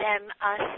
them-us